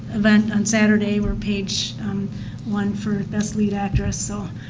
event on saturday where paige won for best lead actress. so,